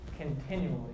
continually